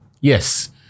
yes